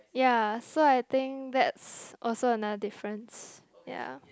ya so I think that's also another difference ya